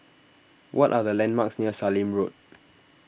what are the landmarks near Sallim Road